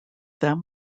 them